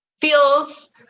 feels